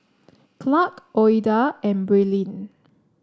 Clark Ouida and Braylen